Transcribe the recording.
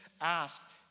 ask